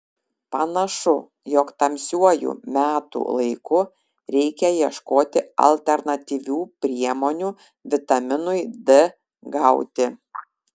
panašu jog tamsiuoju metų laiku reikia ieškoti alternatyvių priemonių vitaminui d gauti